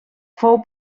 fou